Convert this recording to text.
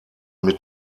mit